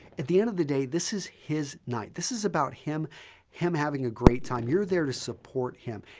at the end of the day, this is his night. this is about him him having a great time. you're there to support him.